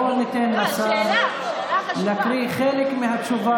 בוא ניתן לשר להקריא חלק מהתשובה,